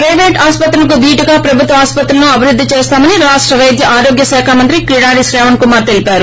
ప్లెపేటు ఆస్పత్రులకు ధీటుగా ప్రభుత్వ ఆస్పత్రులను అభివృద్ది చేస్తామని రాష్ట వైద్య ఆరోగ్య శాఖ మంత్రి కిడారి క్రావణ్ కుమార్ తెలిపారు